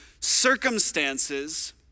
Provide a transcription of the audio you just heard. Circumstances